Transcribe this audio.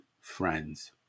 friends